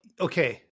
okay